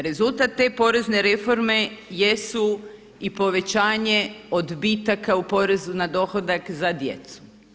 Rezultat te porezne reforme jesu i povećanje odbitaka u porezu na dohodak za djecu.